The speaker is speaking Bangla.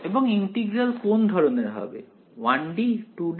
এবং ইন্টিগ্রাল কোন ধরনের হবে 1D 2D3D